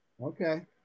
Okay